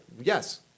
yes